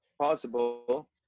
possible